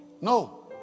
No